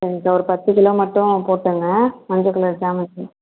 சரிங்க சார் ஒரு பத்து கிலோ மட்டும் போட்டுக்கோங்க மஞ்சள் கலர் சாமந்தி